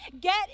Get